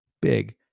big